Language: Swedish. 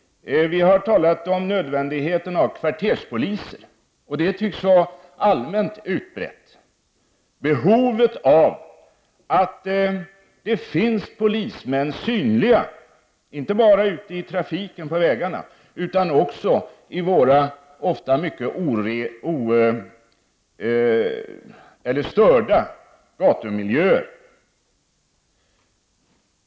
Vi har talat om nödvändigheten av kvarterspoliser, och den är allmän. Behovet av att polismän är synliga, inte bara på vägarna i trafiken utan också i våra ofta mycket störda gatumiljöer är allmänt utbrett.